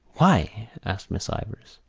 why? asked miss ivors.